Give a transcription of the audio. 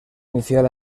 inicial